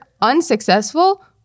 unsuccessful